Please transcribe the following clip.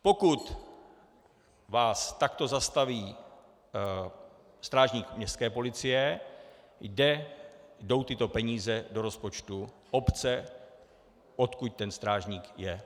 Pokud vás takto zastaví strážník městské policie, jdou tyto peníze do rozpočtu obce, odkud strážník je.